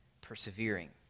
persevering